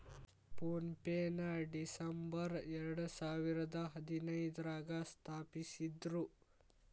phone ಪೆನ ಡಿಸಂಬರ್ ಎರಡಸಾವಿರದ ಹದಿನೈದ್ರಾಗ ಸ್ಥಾಪಿಸಿದ್ರು